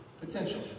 potential